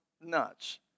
nuts